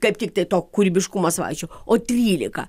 kaip tiktai to kūrybiškumo savaičių o trylika